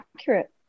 accurate